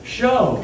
Show